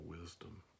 wisdom